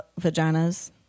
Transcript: vaginas